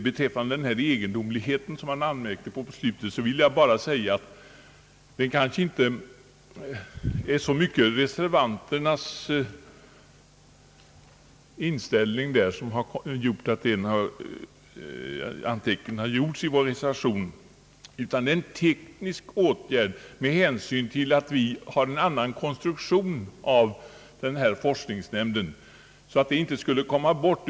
Beträffande den egendomlighet som han anmärkte på mot slutet av sitt anförande vill jag emellertid säga att det inte så mycket är reservanternas inställning som gjort att reservationen fått den »egendomliga» utformningen, utan det rör sig mest om en teknisk åtgärd som vidtagits med hänsyn till att forskningsnämnden enligt vår mening bör konstrueras på annat sätt, och vi har inte velat att synpunkten på samarbetet med lantbruksstyrelsen skulle komma bort.